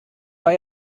war